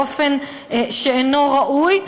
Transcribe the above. באופן שאינו ראוי,